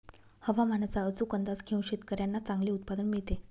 हवामानाचा अचूक अंदाज घेऊन शेतकाऱ्यांना चांगले उत्पादन मिळते